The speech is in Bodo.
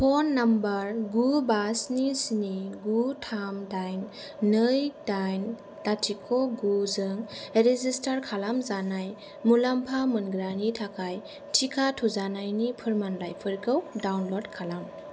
फन नाम्बर गु बा स्नि स्नि गु थाम दाइन नै दाइन लाथिख' गु जों रेजिसटार खालामजानाय मुलाम्फा मोनग्रानि थाखाय टिका थुजानायनि फोरमानलाइफोरखौ डाउनल'ड खालाम